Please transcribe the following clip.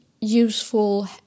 useful